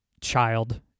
child